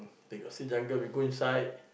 they got see jungle we go inside